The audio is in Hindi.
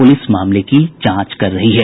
पुलिस मामले की जांच कर रही है